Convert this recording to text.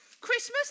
Christmas